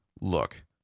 Look